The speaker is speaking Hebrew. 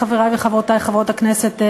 חברי וחברותי חברות הכנסת,